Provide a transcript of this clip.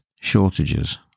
shortages